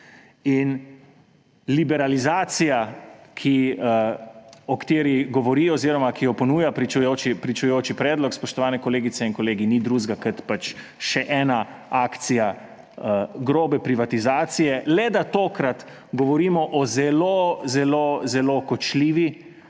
In liberalizacija, o kateri govori oziroma jo ponuja pričujoči predlog, spoštovani kolegice in kolegi, ni drugega kot še ena akcija grobe privatizacije, le da tokrat govorimo o zelo zelo kočljivi